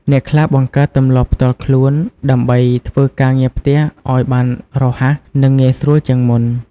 អ្នកខ្លះបង្កើតទម្លាប់ផ្ទាល់ខ្លួន ដើម្បីធ្វើការងារផ្ទះឱ្យបានរហ័ស និងងាយស្រួលជាងមុន។